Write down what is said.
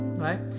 Right